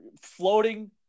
floating